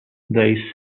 they